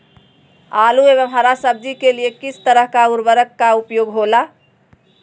आलू एवं हरा सब्जी के लिए किस तरह का उर्वरक का उपयोग होला?